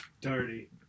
dirty